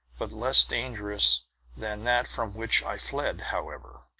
but less dangerous than that from which i fled. however,